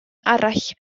arall